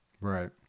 Right